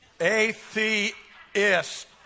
atheist